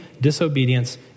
disobedience